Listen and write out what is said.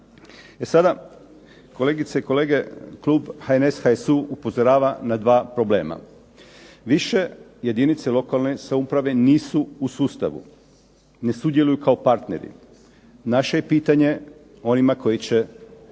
sada, kolegice i kolege, klub HNS-HSU upozorava na dva problema. Više jedinice lokalne samouprave nisu u sustavu, ne sudjeluje kao partneri. Naše je pitanje onima koji će